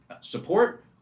support